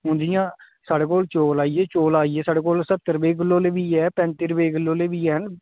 हून जियां साढ़े कोल चौल आई गे चौल आई गे साढ़े चौल सत्तर रपेऽ किलो आह्ले बी ऐ पैंती रपेऽ किल्लो आह्ले बी हैन